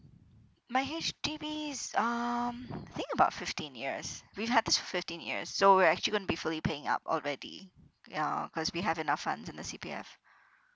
my H_B_D's um I think about fifteen years we've had this for fifteen years so we're actually gonna be fully paying up already ya cause we have enough funds in the C_P_F